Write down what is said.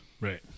right